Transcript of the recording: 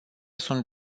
sunt